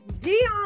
Dion